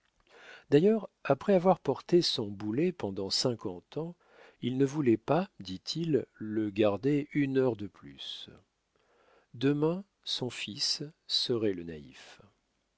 d'ailleurs après avoir porté son boulet pendant cinquante ans il ne voulait pas dit-il le garder une heure de plus demain son fils serait le naïf